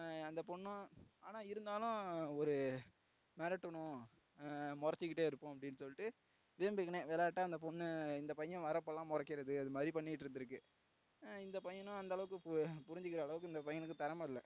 அந்த பொண்ணும் ஆனால் இருந்தாலும் ஒரு மிரட்டணும் முறச்சிக்கிட்டே இருப்போம் அப்படின்னு சொல்லிட்டு வீம்புக்குன்னே விளாட்டா அந்த பொண்ணு இந்த பையன் வரப்போல்லாம் முறைக்கிறது அதுமாதிரி பண்ணிகிட்டு இருந்துருக்கு இந்த பையனும் அந்தளவுக்கு புரிஞ்சிக்கிற அளவுக்கு இந்த பையனுக்கு திறம இல்லை